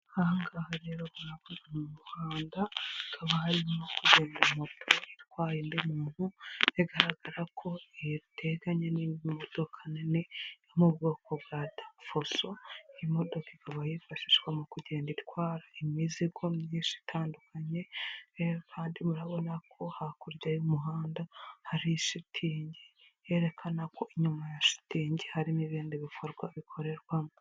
Aha ngaha rero mu muhanda, hakaba harimo kugenda moto itwaye undi muntu, igaragara ko iteganye n'imodoka nini yo mu bwoko bwa fuso, imodoka ikaba yifashishwa mu kugenda itwara imizigo myinshi itandukanye, kandi murabona ko hakurya y'umuhanda hari shitingi, herekana ko inyuma ya shitingi, harimo ibindi bikorwa bikorerwamo.